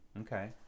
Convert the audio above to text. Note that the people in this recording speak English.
okay